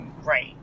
Right